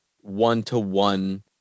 one-to-one